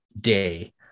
day